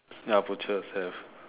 ya butchers have